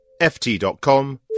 ft.com